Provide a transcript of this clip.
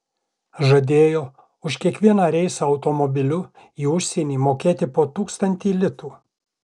žadėjo už kiekvieną reisą automobiliu į užsienį mokėti po tūkstantį litų